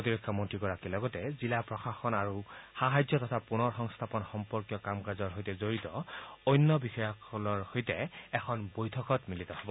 প্ৰতিৰক্ষা মন্ত্ৰীগৰাকীয়ে লগতে জিলা প্ৰশাসন আৰু সাহায্য আৰু পুনৰ সংস্থাপন সম্পৰ্কীয় কাম কাজৰ সৈতে জড়িত অন্য বিষয়াসকলৰ সৈতে এখন বৈঠকত মিলিত হব